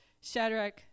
Shadrach